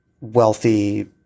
wealthy